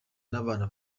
n’abana